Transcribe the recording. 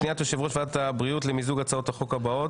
פניית יושב-ראש ועדת הבריאות למיזוג הצעות החוק הבאות: